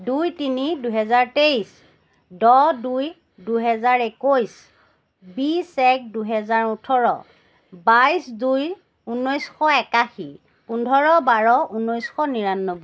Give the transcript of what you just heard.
দুই তিনি দুহেজাৰ তেইছ দহ দুই দুহেজাৰ একৈছ বিছ এক দুহেজাৰ ওঠৰ বাইছ দুই ঊনৈছশ একাশী পোন্ধৰ বাৰ ঊনৈছশ নিৰান্নব্বৈ